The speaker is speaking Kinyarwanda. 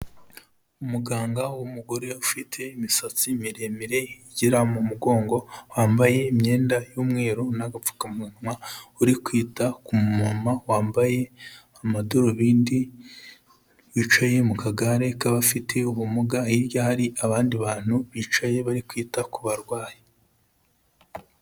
Umuganga w'umugore ufite imisatsi miremire igera mu mugongo, wambaye imyenda y'umweru n'agapfukamunwa, uri kwita ku mumama wambaye amadarubindi, yicaye mu kagare k'abafite ubumuga, hirya hari abandi bantu bicaye bari kwita ku barwayi.